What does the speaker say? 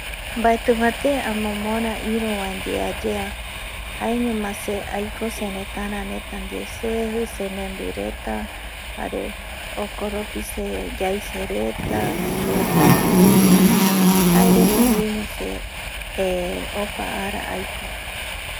Baeti bate amomora iru bae die ayea jaeñoma se aiko seretara reta seji, semenvi reta jare jokoropi seyaise reta, se tuti reta jae reta dieño opa ara aiko.